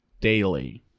Daily